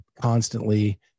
constantly